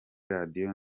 radio